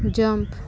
jump